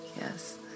yes